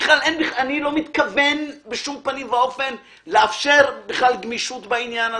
אני לא מתכוון בשום פנים ואופן לאפשר גמישות בעניין הזה.